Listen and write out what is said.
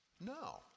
No